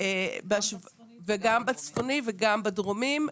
גם בצפוני וגם בדרומי.